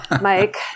Mike